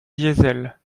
diesel